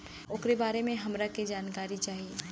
ओकरा बारे मे हमरा के जानकारी चाही?